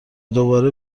دوباره